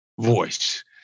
voice